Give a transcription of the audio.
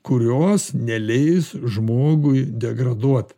kurios neleis žmogui degraduot